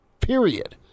period